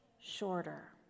shorter